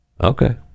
okay